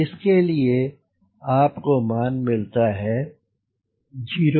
इसके लिए आपको मान मिलता है 07Swcw